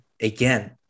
again